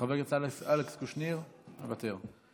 חבר הכנסת אלכס קושניר, מוותר.